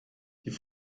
die